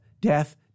death